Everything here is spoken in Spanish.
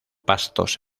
pastos